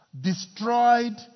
destroyed